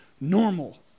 normal